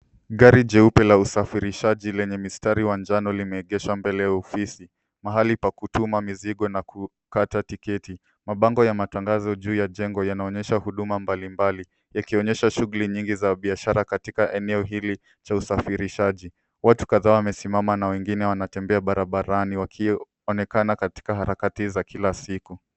Gari jeupe la usafirishaji lenye mstari wa njano limeegeshwa mbele ya ofisi mahali pa kutuma mizigo na kukata tiketi. Mabango ya matangazo juu ya jengo yanaonyesha huduma mbalimbali yakionyesha shuguli nyingi za biashara katika eneo hili cha usafirishaji. Waatu kadhaa wamesimama na wengine wantembea barabarani wakionekana katika harakati za kila siku.